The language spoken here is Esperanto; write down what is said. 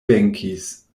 venkis